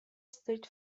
street